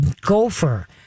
gopher